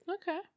okay